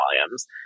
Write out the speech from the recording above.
volumes